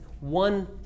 one